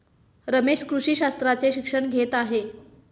रमेश कृषी शास्त्राचे शिक्षण घेत आहे